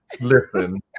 listen